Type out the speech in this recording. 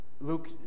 Luke